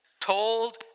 told